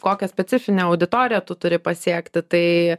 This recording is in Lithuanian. kokią specifinę auditoriją tu turi pasiekti tai